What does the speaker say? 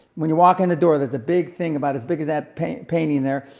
when you walk in the door, there's a big thing about as big as that painting painting there.